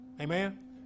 Amen